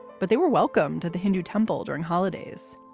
but they were welcomed to the hindu temple during holidays.